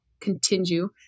continue